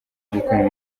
gukorana